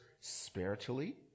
spiritually